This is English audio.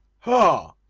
ha!